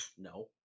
no